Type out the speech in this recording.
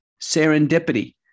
serendipity